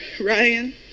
Ryan